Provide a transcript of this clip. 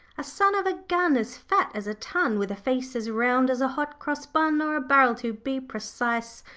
a son of a gun as fat as a tun with a face as round as a hot-cross bun, or a barrel, to be precise.